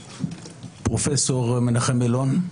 פרופ' מנחם אילון.